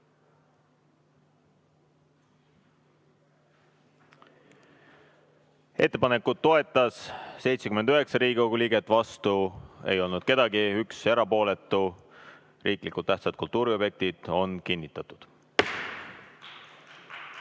Ettepanekut toetas 79 Riigikogu liiget, vastu ei olnud keegi, 1 erapooletu. Riiklikult tähtsad kultuuriobjektid on kinnitatud.